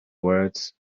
words